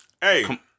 Hey